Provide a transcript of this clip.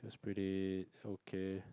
pretty okay